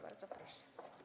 Bardzo proszę.